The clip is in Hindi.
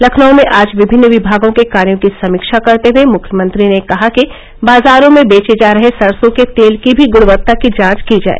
लखनऊ में आज विभिन्न विमागों के कार्यों की समीक्षा करते हए मुख्यमंत्री ने कहा कि बाजारों में वेचे जा रहे सरसों के तेल की भी गुणवत्ता की जांच की जाए